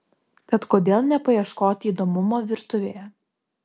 tad kodėl nepaieškoti įdomumo virtuvėje